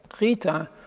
Rita